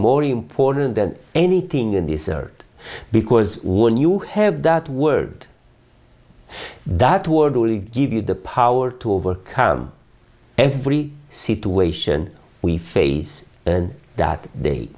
more important than anything in this earth because when you have that word that word will give you the power to overcome every situation we face that they